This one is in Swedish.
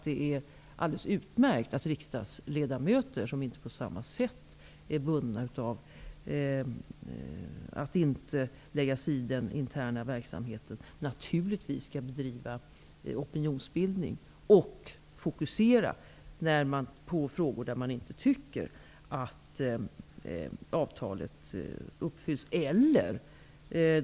Det är alldeles utmärkt att riksdagsledamöter, som inte på samma sätt är bundna av att inte lägga sig i den interna verksamheten, bedriver opinionsbildning och fokuserar på frågor där man inte tycker att avtalet uppfylls.